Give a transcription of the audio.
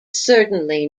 certainly